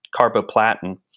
carboplatin